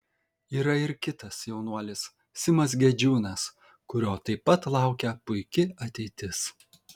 yra ir kitas jaunuolis simas gedžiūnas kurio taip pat laukia puiki ateitis